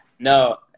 No